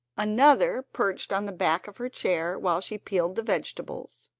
another perched on the back of her chair while she peeled the vegetables,